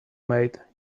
maid